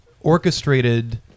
orchestrated